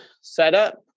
setup